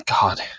God